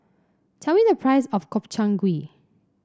tell me the price of Gobchang Gui